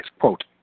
quote